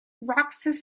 roxas